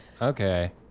Okay